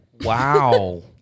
Wow